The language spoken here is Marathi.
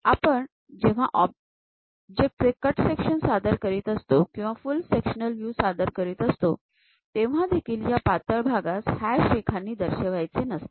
आणि जेव्हा आपण ऑब्जेक्ट चे कट सेक्शन्स सादर करीत असतो किंवा फुल सेक्शनल व्ह्यू सादर करीत असतो तेव्हा देखील या पातळ भागास हॅश रेखांनी दर्शवायचे नसते